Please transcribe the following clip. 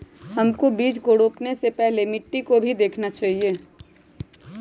हमको बीज को रोपने से पहले मिट्टी को भी देखना चाहिए?